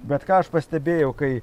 bet ką aš pastebėjau kai